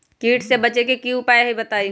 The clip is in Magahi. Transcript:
कीट से बचे के की उपाय हैं बताई?